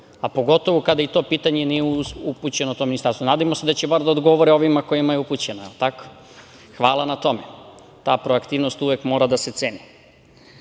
Pogotovo kada to pitanje nije upućeno tom ministarstvu. Nadamo se da će bar da odgovore ovi kojima je upućeno. Hvala na tome, ta proaktivnost mora uvek dase ceni. Danas